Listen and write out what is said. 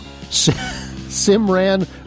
Simran